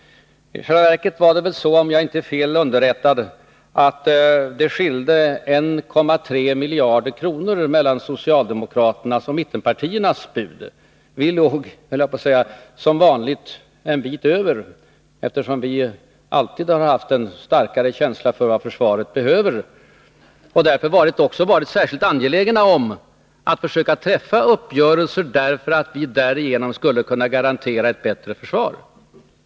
I själva verket var väl skillnaden — om jag inte är fel underrättad — 1,3 miljarder mellan socialdemokraternas och mittenpartiernas bud. Vi låg som vanligt, höll jag på att säga, en bit över, eftersom vi alltid har haft en känsla för vad försvaret behöver och därför också varit särskilt angelägna om att försöka träffa uppgörelser för att därigenom garantera ett bättre försvar.